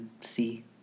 see